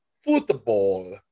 football